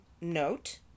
note